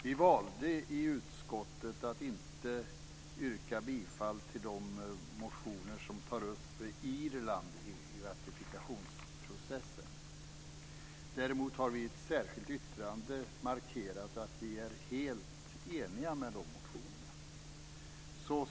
Vi valde i utskottet att inte yrka bifall till de motioner som tar upp Irland i ratifikationsprocessen. Däremot har vi i ett särskilt yttrande markerat att vi är helt eniga med de motionerna.